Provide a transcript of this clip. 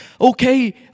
Okay